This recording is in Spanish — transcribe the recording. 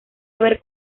haber